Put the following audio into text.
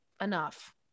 enough